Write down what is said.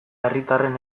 herritarren